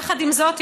יחד עם זאת,